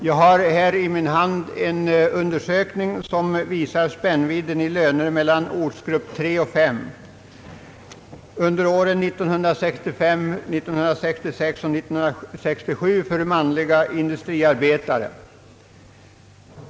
Jag har i min hand en undersökning som visar spännvidden i löner mellan ortsgrupperna 3 och 5 under åren 1965, 1966 och 1967 för manliga industriarbetare.